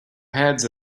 heads